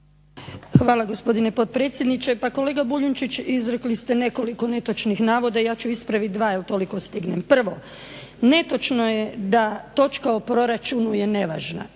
Hvala gospodine potpredsjedniče. Pa kolega Boljunčić izrekli ste nekoliko netočnih navoda, ja ću ispraviti dva jel toliko stignem. Prvo, netočno je da točka u proračunu je nevažna,